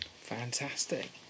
Fantastic